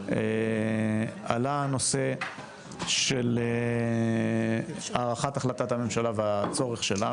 עלה הנושא של הארכת החלטת הממשלה והצורך שלה,